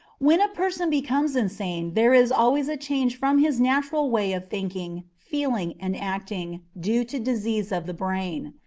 when a person becomes insane there is always a change from his natural way of thinking, feeling, and acting, due to disease of the brain.